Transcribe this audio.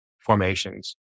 formations